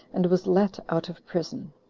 and was let out of prison.